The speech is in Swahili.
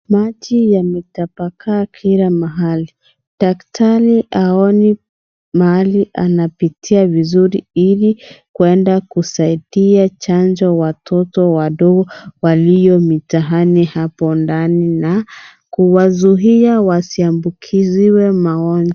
Maji yametapakaa kila mahali, daktari haoni mahali anapitia vizuri ili kuenda kusaidia chanjo watoto wadogo walio mitaani hapo ndani ili kuwazuia wasiambukiziwe magonjwa.